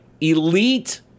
elite